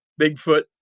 Bigfoot